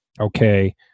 okay